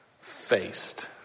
faced